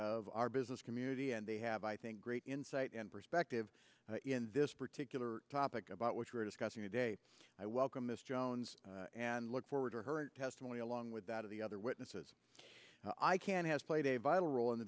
of our business community and they have i think great insight and perspective in this particular topic about which we are discussing today i welcome mr jones and look forward to her testimony along with that of the other witnesses i can has played a vital role in the